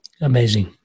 Amazing